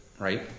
right